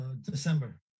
December